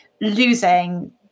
losing